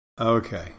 Okay